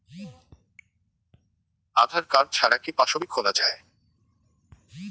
আধার card ছাড়া কি passbook খোলা যায়?